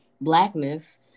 Blackness